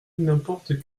n’importe